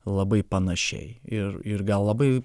labai panašiai ir ir gal labai